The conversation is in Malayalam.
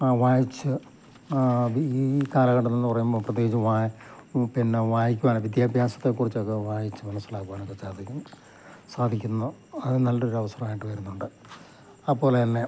ആ വായിച്ചു അത് ഈ കാലഘട്ടം എന്നു പറയുമ്പം പ്രത്യേകിച്ചു പിന്നെ വായിക്കുവാൻ വിദ്യാഭ്യാസത്തെ കുറിച്ചൊക്ക വായിച്ചു മനസ്സിലാക്കുവാനൊക്കെ സാധിക്കും സാധിക്കുന്നു അത് നല്ല ഒരു അവസരമായിട്ട് വരുന്നുണ്ട് അപ്പോൾ തന്നെ